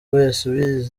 wese